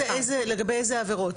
לגבי אילו עבירות?